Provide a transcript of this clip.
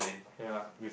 ya